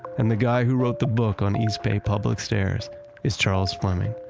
and the guy who wrote the book on east bay public stairs is charles fleming.